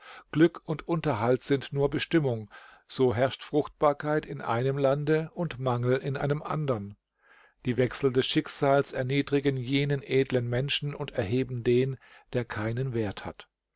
glück und unterhalt sind nur bestimmung so herrscht fruchtbarkeit in einem lande und mangel in einem andern die wechsel des schicksals erniedrigen jenen edlen menschen und erheben den der keinen wert hat